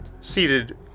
seated